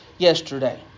yesterday